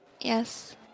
Yes